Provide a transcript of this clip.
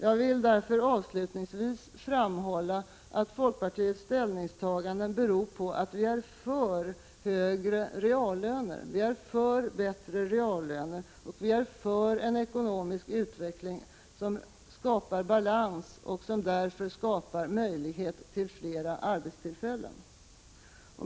Jag vill därför avslutningsvis framhålla att folkpartiets ställningstaganden beror på att vi är för högre reallöner, vi är för en ekonomisk utveckling som skapar balans och som därför ger möjlighet till fler arbetstillfällen.